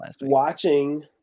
watching